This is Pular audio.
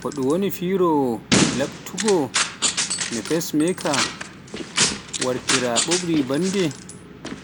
Ko ɗoo woni firo laaɓtungo no Pacemaker rewirta ɓuuɓri ɓernde,